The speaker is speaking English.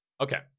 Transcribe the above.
okay